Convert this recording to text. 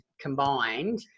combined